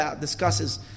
discusses